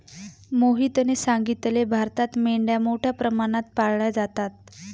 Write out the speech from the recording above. मोहितने सांगितले, भारतात मेंढ्या मोठ्या प्रमाणात पाळल्या जातात